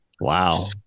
Wow